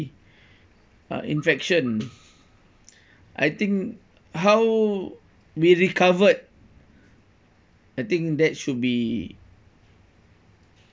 uh infection I think how we recovered I think that should be